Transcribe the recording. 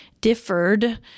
differed